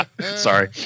Sorry